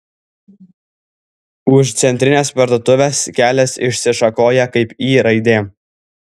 už centrinės parduotuvės kelias išsišakoja kaip y raidė